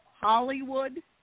Hollywood